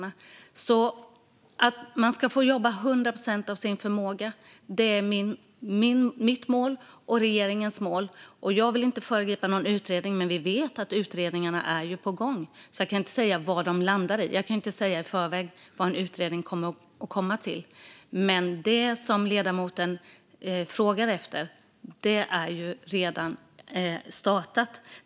Mitt och regeringens mål är att man ska få jobba 100 procent av sin förmåga. Jag vill inte föregripa någon utredning. Vi vet att utredningarna är på gång, men jag kan inte i förväg säga vad en utredning kommer att komma fram till. Det som ledamoten frågade efter är redan startat.